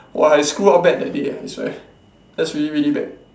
!wah! I screw up bad that day I swear that's really really bad